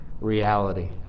reality